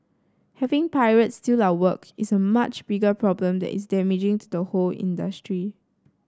having pirates steal our work is a much bigger problem that is damaging to the whole industry